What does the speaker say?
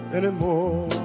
anymore